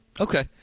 Okay